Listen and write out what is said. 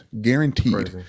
Guaranteed